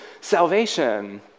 salvation